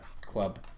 Club